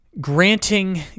granting